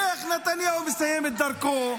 ואיך נתניהו מסיים את דרכו?